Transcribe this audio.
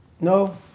No